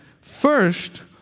first